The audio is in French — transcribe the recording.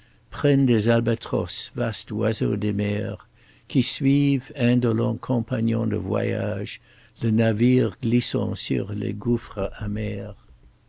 prennent des albatros vastes oiseaux des mers qui suivent indolents compagnons de voyage le navire glissant sur les gouffres amers